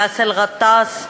באסל גטאס,